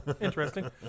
Interesting